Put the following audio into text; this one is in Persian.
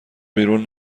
بیرون